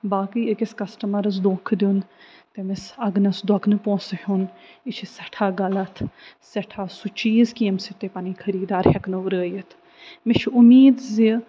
باقٕے أکِس کسٹمَرس دوکھٕ دیُن تٔمِس اگنس دوٚگنہٕ پونٛسہٕ ہیوٚن یہِ چھِ سٮ۪ٹھاہ غلط سٮ۪ٹھاہ سُہ چیٖز کہِ ییٚمہِ سۭتۍ تۄہہِ پنٕنۍ خٔریٖدار ہٮ۪کنو رٲیِتھ مےٚ چھُ اُمید زِ